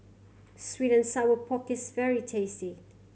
sweet and sour pork is very tasty